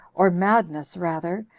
or madness rather,